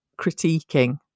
critiquing